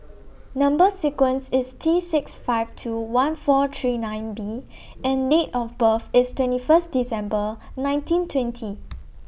Number sequence IS T six five two one four three nine B and Date of birth IS twenty First December nineteen twenty